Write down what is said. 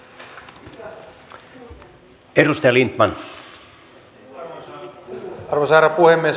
arvoisa herra puhemies